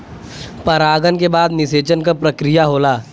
परागन के बाद निषेचन क प्रक्रिया होला